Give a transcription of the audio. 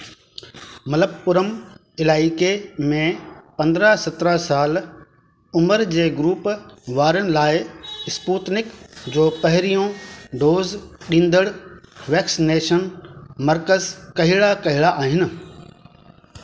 मलप्पुरम इलाइक़े में पंद्रहं सत्रहं साल उमर जे ग्रूप वारनि लाइ स्पूतनिक जो पहिरियों डोज़ ॾींदड़ु वैक्सनेशन मर्कज़ कहिड़ा कहिड़ा आहिनि